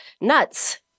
nuts